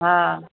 हा